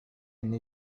nei